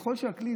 ככל שהכלי,